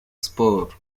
sports